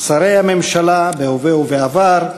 שרי הממשלה בהווה ובעבר,